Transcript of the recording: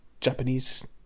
Japanese